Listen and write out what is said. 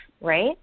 Right